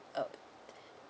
uh